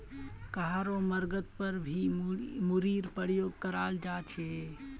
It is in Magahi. कहारो मर्गत पर भी मूरीर प्रयोग कराल जा छे